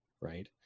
right